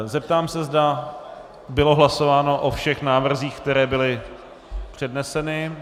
Zeptám se, zda bylo hlasováno o všech návrzích, které byly předneseny.